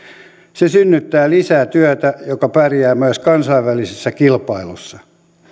se synnyttää lisää työtä joka pärjää myös kansainvälisessä kilpailussa